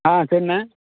ஆ சரிண்ணே